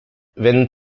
wenn